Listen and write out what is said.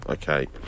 Okay